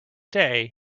day